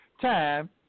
time